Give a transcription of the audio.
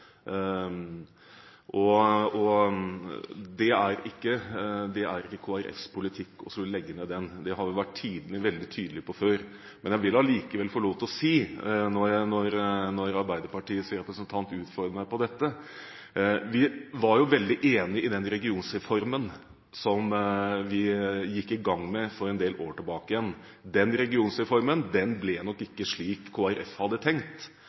og det er ikke Kristelig Folkepartis politikk å skulle legge ned den. Det har vi vært veldig tydelig på før. Jeg vil allikevel få lov til å si – når Arbeiderpartiets representanten utfordrer meg på dette – at vi var veldig enig i den regionreformen som vi gikk i gang med for en del år tilbake. Den regionreformen ble nok ikke slik Kristelig Folkeparti hadde tenkt.